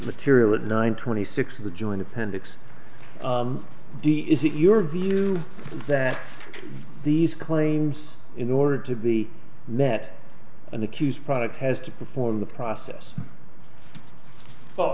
material at nine twenty six of the joint appendix d is it your view that these claims in order to be met and accused product has to perform the process